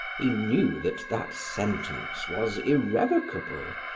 he knew that that sentence was irrevocable,